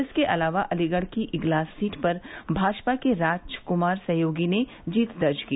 इसके अलावा अलीगढ़ की इगलास सीट पर भाजपा के राजकुमार सहयोगी ने जीत दर्ज की